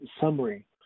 summary